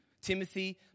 Timothy